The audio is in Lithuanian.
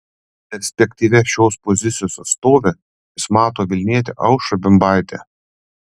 perspektyvia šios pozicijos atstove jis mato vilnietę aušrą bimbaitę